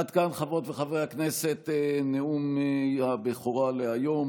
עד כאן, חברות וחברי הכנסת, נאומי הבכורה להיום.